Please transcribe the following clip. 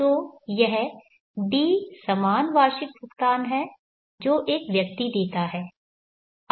तो यह D समान वार्षिक भुगतान है जो एक व्यक्ति देता है